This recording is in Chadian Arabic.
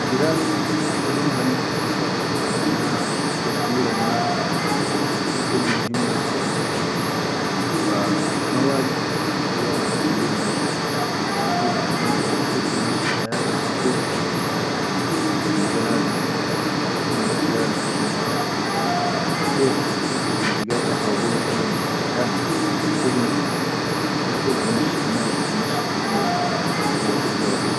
Girat ilim hanal iqtisaad hana takbiral mal shuqul muhim jiddan, wa ma wajib al iyal ikhallum balaya len shan da biʼellimal walad kef bimashi hayata fil bet auwalan kan liga nadum inda aʼila inda iyal, inda mara wa kef kan liga kan rabu masalan bikan fil khidime kula kef bi mashi mal al bi mashshit khidime di waqat le waqat.